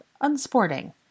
unsporting